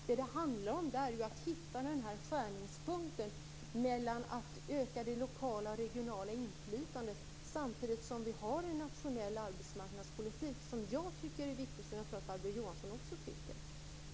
Vad det handlar om är att hitta skärningspunkten mellan att öka det lokala och regionala inflytandet och att ha en nationell arbetsmarknadspolitik, något som jag tror att både jag och Barbro Johansson tycker är viktigt.